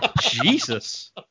Jesus